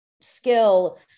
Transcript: skill